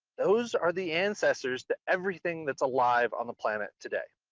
those are the ancestors to everything that's alive on the planet today.